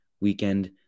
weekend